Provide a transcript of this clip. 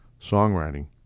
songwriting